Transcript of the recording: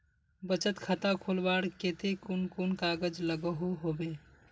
बचत खाता खोलवार केते कुन कुन कागज लागोहो होबे?